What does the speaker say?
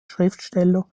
schriftsteller